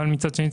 אבל מצד שני,